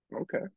Okay